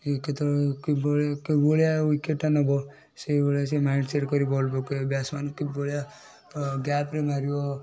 ଏ କେତେବେଳେ କି ଭଳି କି ଭଳିଆ ୱିକେଟ୍ଟା ନେବ ସେଇଭଳିଆ ସେଇ ମାଇଣ୍ଡସେଟ୍ କରିକି ବଲ୍ ପକେଇବ ବ୍ୟାଟସ୍ ମ୍ୟାନ୍ କି ଭଳିଆ ଗ୍ୟାପ୍ରେ ମାରିବ